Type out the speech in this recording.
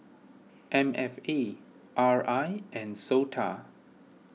M F A R I and Sota